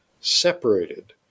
separated